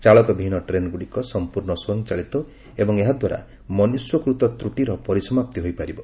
ଚାଳକ ବିହୀନ ଟ୍ରେନ୍ଗୁଡ଼ିକ ସମ୍ପର୍ଣ୍ଣ ସ୍ୱୟଂଚାଳିତ ଏବଂ ଏହାଦ୍ୱାରା ମନୁଷ୍ୟକୃତ ତ୍ରୁଟିର ପରିସମାପ୍ତି ହୋଇପାରିବ